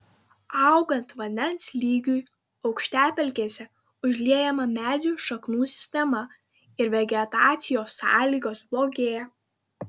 augant vandens lygiui aukštapelkėse užliejama medžių šaknų sistema ir vegetacijos sąlygos blogėja